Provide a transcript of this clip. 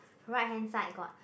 right hand side got